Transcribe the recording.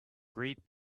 greet